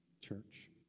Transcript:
church